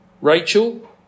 Rachel